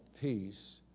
Peace